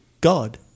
God